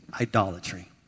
idolatry